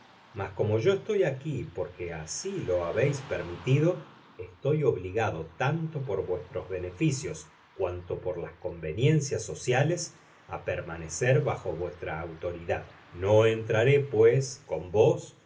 mas como yo estoy aquí porque así lo habeis permitido estoy obligado tanto por vuestros beneficios cuanto por las conveniencias sociales á permanecer bajo vuestra autoridad no entraré pues con vos